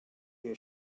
your